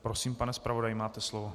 Prosím, pane zpravodaji, máte slovo.